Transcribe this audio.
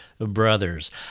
brothers